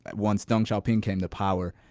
once deng xiaoping came to power,